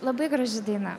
labai graži daina